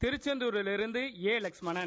திருச்செந்துரிவிருந்து A Lakshmanan